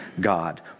God